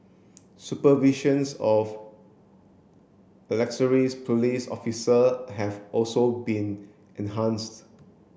supervisions of police officer have also been enhanced